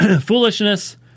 foolishness